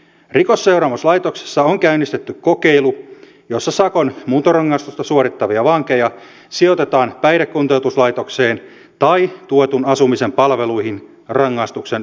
rikosseuraamuslaitoksessa on käynnistetty kokeilu jossa sakon muuntorangaistusta suorittavia vankeja sijoitetaan päihdekuntoutuslaitokseen tai tuetun asumisen palveluihin rangaistuksen suorittamisen aikana